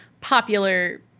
popular